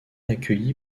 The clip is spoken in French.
accueilli